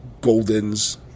Goldens